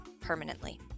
permanently